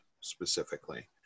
specifically